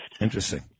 Interesting